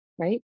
right